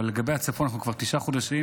אבל לגבי הצפון אנחנו נערכים כבר תשעה חודשים,